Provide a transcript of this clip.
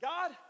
God